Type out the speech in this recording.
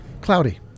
Cloudy